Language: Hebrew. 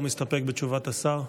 או מסתפק בתשובת השר?